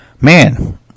Man